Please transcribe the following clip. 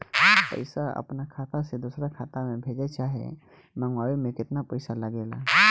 पैसा अपना खाता से दोसरा खाता मे भेजे चाहे मंगवावे में केतना पैसा लागेला?